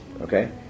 Okay